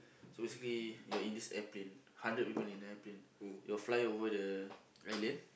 so basically you're in this airplane hundred people in airplane you'll fly over the island